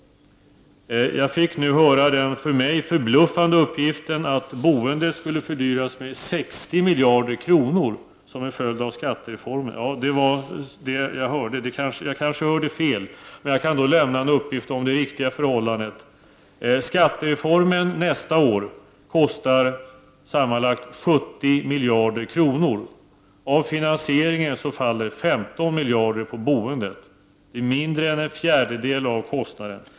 Det var för mig en förbluffande uppgift att boendet skulle fördyras med 60 miljarder kronor som en följd av skattereformen. Det var vad jag hörde, men jag kanske hörde fel. Jag kan då lämna en uppgift om det riktiga förhållandet. Skattereformen nästa år kostar sammanlagt 70 miljarder kronor. Av finansieringen faller 15 miljarder på boendet. Det är mindre än en fjärdedel av kostnaden.